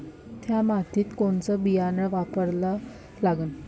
थ्या मातीत कोनचं बियानं वापरा लागन?